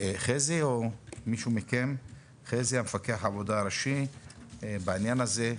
לחזי, מפקח עבודה ראשי בעניין הזה.